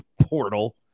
portal